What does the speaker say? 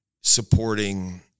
Supporting